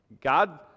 God